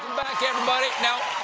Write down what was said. back, everybody.